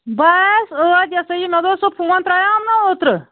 بہٕ آیایس ٲدۍ یہِ سا یہِ مےٚ دوٚپ فون ترٛیام نَہ اوترٕ